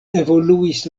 evoluis